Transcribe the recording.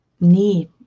need